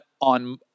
on